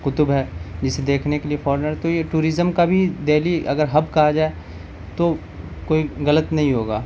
قطب ہے جسے دیکھنے کے لیے فورنر تو یہ ٹورزم کا بھی دہلی اگر ہب کہا جائے تو کوئی غلط نہیں ہوگا